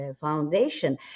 foundation